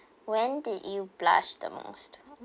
when did you blush the most